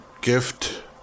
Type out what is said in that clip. gift